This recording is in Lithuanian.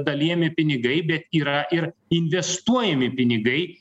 dalijami pinigai bet yra ir investuojami pinigai